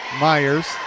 Myers